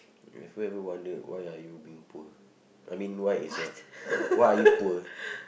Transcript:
have you ever wondered why are you being poor I mean why is your why are you poor